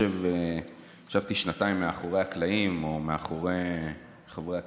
ישבתי שנתיים מאחורי הקלעים או מאחורי חברי הכנסת,